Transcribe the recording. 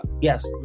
Yes